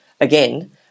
again